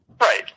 Right